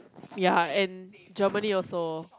ya and Germany also